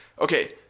okay